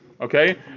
okay